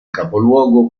capoluogo